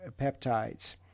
peptides